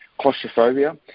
claustrophobia